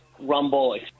rumble